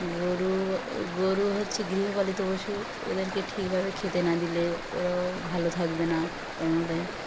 গরু গরু হচ্ছে গৃহপালিত পশু ওদেরকে ঠিকভাবে খেতে না দিলে ওরাও ভালো থাকবে না কারণ ওরা